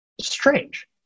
Strange